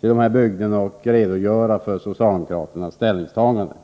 till bygden och redogöra för socialdemokraternas ställningstagande.